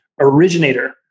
originator